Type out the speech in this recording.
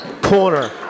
Corner